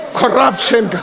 corruption